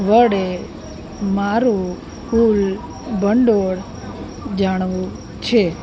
વડે મારું કુલ ભંડોળ જાણવું છે